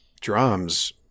drums